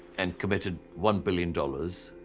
and committed one billion dollars